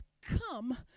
come